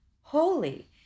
Holy